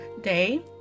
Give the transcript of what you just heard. day